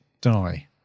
die